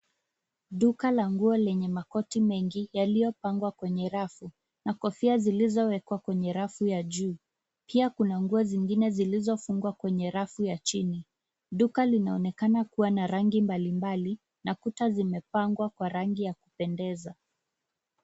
Duka la nguo lenye makoti mengi yaliyopangwa kwenye rafu na kofia zilizowekwa kwenye rafu ya juu. Pia kuna nguo zingine zilizofungwa kwenye rafu ya chini. Duka linaonekana kuwa na rangi mbalimbali na kuta zimepambwa kwa rangi ya kupendeza.